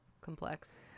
complex